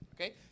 Okay